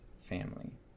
family